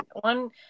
one